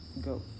go